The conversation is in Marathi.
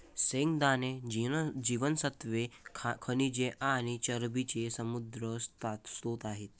शेंगदाणे जीवनसत्त्वे, खनिजे आणि चरबीचे समृद्ध स्त्रोत आहेत